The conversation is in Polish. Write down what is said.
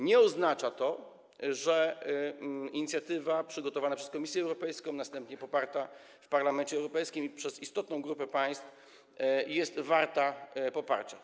Nie oznacza to, że inicjatywa przygotowana przez Komisję Europejską, a następnie poparta w Parlamencie Europejskim przez istotną grupę państw jest warta poparcia.